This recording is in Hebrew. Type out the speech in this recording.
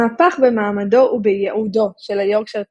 המהפך במעמדו ובייעודו של היורקשייר